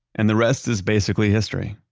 and the rest is basically history.